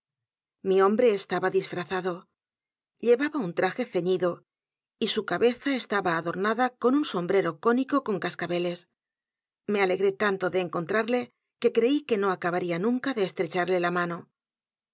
mi hombre estaba disfrazado llevaba u n traje ceñido y su cabeza estaba adornada con un sombrero cónico con cascabeles me alegré tanto de encontrarle que creí que no acabaría nunca de estrecharle la mano